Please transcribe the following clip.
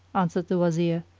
answered the wazir,